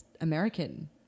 American